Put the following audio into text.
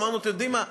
אמרנו: אתם יודעים מה?